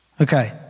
Okay